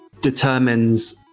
determines